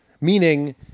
Meaning